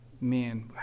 man